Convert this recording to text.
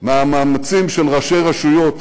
מעיני המאמצים של ראשי רשויות,